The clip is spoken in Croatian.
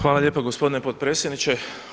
Hvala lijepa gospodine potpredsjedniče.